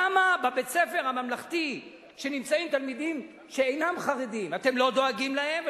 למה בבית-הספר הממלכתי שנמצאים תלמידים שאינם חרדים אתם לא דואגים להם,